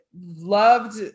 loved